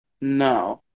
No